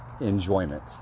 enjoyment